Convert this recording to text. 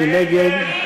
מי נגד?